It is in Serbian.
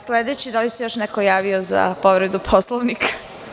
Da li se još neko javio za povredu Poslovnika?